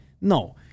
no